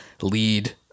lead